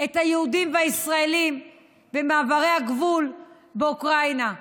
את היהודים והישראלים במעברי הגבול באוקראינה.